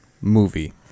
movie